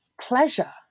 pleasure